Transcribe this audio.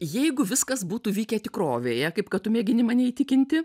jeigu viskas būtų vykę tikrovėje kaip kad tu mėgini mane įtikinti